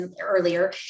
earlier